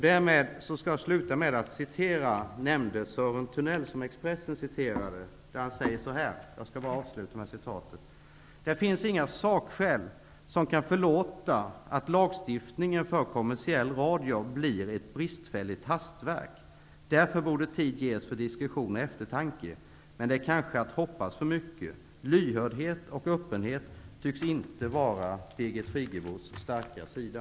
Därmed avslutar jag med att återge vad nämnde Sören Thunell säger i Expressen: Det finns inga sakskäl som kan förlåta att lagstiftningen för kommersiell radio blir ett bristfälligt hastverk. Därför borde tid ges för diskussion och eftertanke. Men det är kanske att hoppas för mycket. Lyhördhet och öppenhet tycks inte vara Birgit Friggebos starka sida.